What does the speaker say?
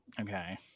Okay